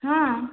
ହଁ